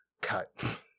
Cut